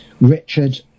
Richard